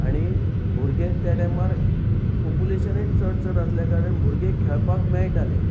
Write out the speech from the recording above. आनी भुरगे त्या टायमार पोपुलेशनय चड चड आसल्या कारणान भुरगे खेळपाक मेळटाले